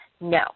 No